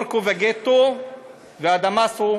אשטו וורקו וגטו אדאמסו,